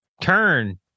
Turn